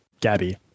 Gabby